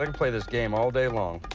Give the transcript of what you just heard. and play this game all day long